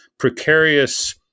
Precarious